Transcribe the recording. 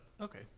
Okay